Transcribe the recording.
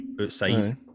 Outside